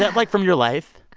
yeah like, from your life?